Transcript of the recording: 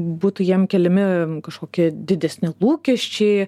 būtų jiem keliami kažkokie didesni lūkesčiai